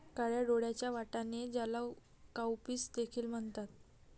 काळ्या डोळ्यांचे वाटाणे, ज्याला काउपीस देखील म्हणतात